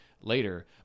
later